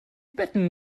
betten